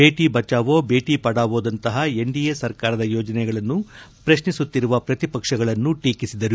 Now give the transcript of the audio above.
ಬೇಟಿ ಬಚಾವೋ ಬೇಟಿ ಪಡಾವೋ ದಂತಹ ಎನ್ಡಿಎ ಸರ್ಕಾರದ ಯೋಜನೆಗಳನ್ನು ಪ್ರಶ್ನಿಸುತ್ತಿರುವ ಪ್ರತಿಪಕ್ಷಗಳನ್ನು ಟೀಕಿಸಿದರು